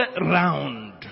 round